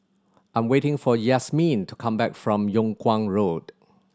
I'm waiting for Yasmeen to come back from Yung Kuang Road